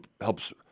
helps